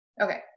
Okay